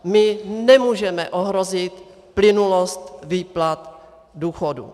My nemůžeme ohrozit plynulost výplat důchodů.